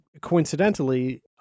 coincidentally